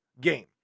game